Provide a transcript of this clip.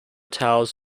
towers